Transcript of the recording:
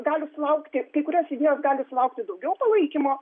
gali sulaukti kai kurios idėjos gali sulaukti daugiau palaikymo